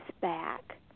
back